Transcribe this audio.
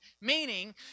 Meaning